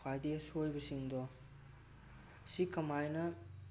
ꯈ꯭ꯋꯥꯏꯗꯩ ꯑꯁꯣꯏꯕ ꯁꯤꯡꯗꯣ ꯁꯤ ꯀꯃꯥꯏꯅ